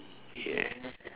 yeah